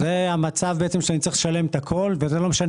זה המצב שאני צריך לשלם את הכול וזה לא משנה